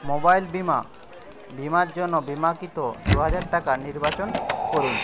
mobile বিমা বিমার জন্য বিমাকিত দু হাজার টাকা নির্বাচন করুন